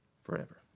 forever